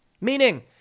Meaning